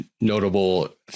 notable